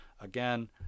again